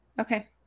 Okay